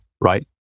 right